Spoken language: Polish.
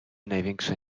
największe